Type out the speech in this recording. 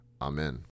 Amen